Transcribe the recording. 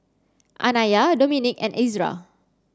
Anaya Dominik and Ezra